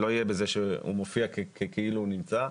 הוא מופיע כאילו הוא נמצא,